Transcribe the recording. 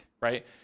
right